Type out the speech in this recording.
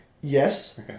Yes